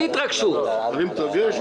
המבוקש הוא תוספת תקציבית.